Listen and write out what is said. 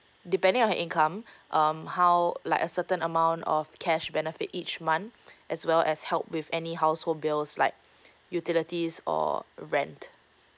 depending on her income um how like a certain amount of cash benefit each month as well as help with any household bills like utilities or rent